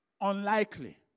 unlikely